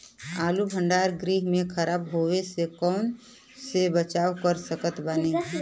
आलू भंडार गृह में खराब होवे से कइसे बचाव कर सकत बानी?